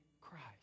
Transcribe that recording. Christ